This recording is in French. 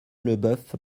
leboeuf